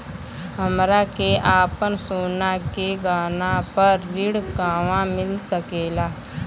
हमरा के आपन सोना के गहना पर ऋण कहवा मिल सकेला?